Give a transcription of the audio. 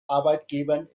arbeitgebern